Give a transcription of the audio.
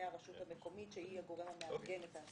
הרשות המקומית שהיא הגורם המארגן את ההסעה.